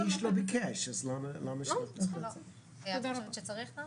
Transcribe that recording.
איש לא ביקש, אז למה --- את חושבת שצריך, נעה?